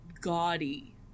gaudy